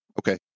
Okay